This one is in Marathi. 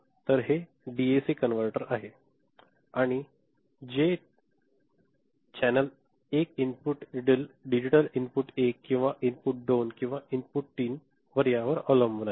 तर हे डीएसी कनव्हर्टर आहे आणि जे चॅनेल एक इनपुट डिजिटल इनपुट 1 किंवा इनपुट 2 किंवा इनपुट 3 वर अवलंबून आहे